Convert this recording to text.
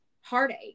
heartache